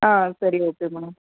ஆ சரி okay ma'am